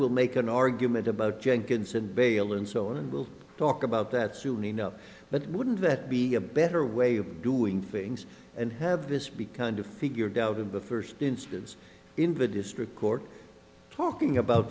will make an argument about jenkins and baylor and so on and we'll talk about that soon enough but wouldn't that be a better way of doing things and have this be kind of figured out in the first instance in the district court talking about